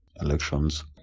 elections